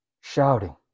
shouting